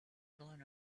blown